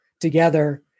together